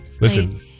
listen